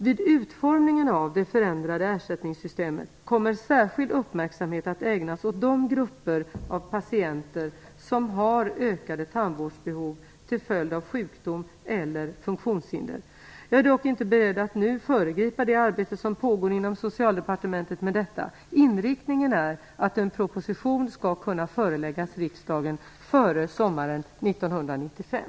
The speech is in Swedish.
Vid utformningen av det förändrade ersättningssystemet kommer särskild uppmärksamhet att ägnas åt de grupper av patienter som har ökade tandvårdsbehov till följd av sjukdom eller funktionshinder. Jag är dock inte beredd att nu föregripa det arbete som pågår inom Socialdepartementet med detta. Inriktningen är att en proposition skall kunna föreläggas riksdagen före sommaren 1995.